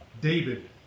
David